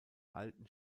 alten